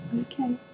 Okay